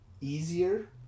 easier